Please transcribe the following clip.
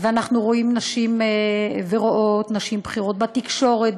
אנחנו רואים נשים בכירות בתקשורת,